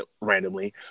randomly